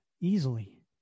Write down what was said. Easily